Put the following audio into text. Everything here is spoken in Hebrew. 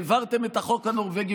העברתם את החוק הנורבגי,